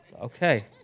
Okay